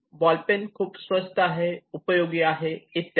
ballpen खूप स्वस्त आहे उपयोगी आहे इत्यादी